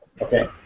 Okay